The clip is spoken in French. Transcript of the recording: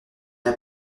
n’a